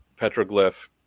petroglyph